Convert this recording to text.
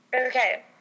okay